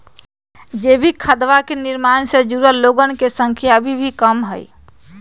जैविक खदवा के निर्माण से जुड़ल लोगन के संख्या अभी भी कम हई